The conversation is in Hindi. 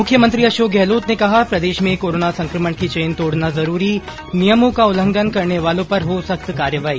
मुख्यमंत्री अशोक गहलोत ने कहा प्रदेश में कोरोना संकमण की चेन तोड़ना जरूरी नियमों का उल्लंघन करने वालों पर हो सख्त कार्रवाई